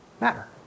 Matter